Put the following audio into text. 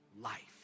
life